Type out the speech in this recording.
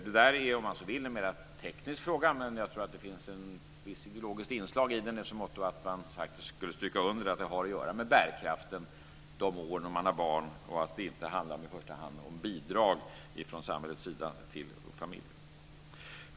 Detta är, om man så vill, en mer teknisk fråga, men jag tror att det finns ett visst ideologiskt inslag i den i så måtto att det skulle strykas under att det har att göra med bärkraften de år då man har barn och att det inte i första hand handlar om bidrag från samhällets sida till familjer.